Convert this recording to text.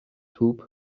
توپ